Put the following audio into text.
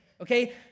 okay